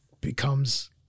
becomes